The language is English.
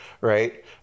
right